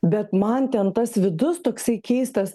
bet man ten tas vidus toksai keistas